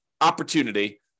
opportunity